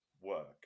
work